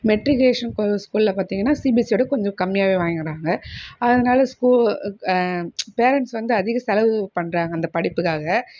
matriculation ஸ்கூலில் பார்த்திங்கன்னா சிபிஎஸ்இயோட கொஞ்சம் கம்மியாகவே வாங்கறாங்க அதனால் பேரன்ட்ஸ் வந்து அதிக செலவு பண்ணுறாங்க அந்த படிப்புக்காக